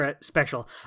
special